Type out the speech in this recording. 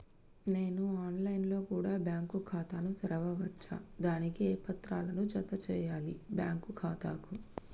నేను online లో కూడా బ్యాంకు ఖాతా ను తెరవ వచ్చా? దానికి ఏ పత్రాలను జత చేయాలి బ్యాంకు ఖాతాకు?